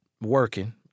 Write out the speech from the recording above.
working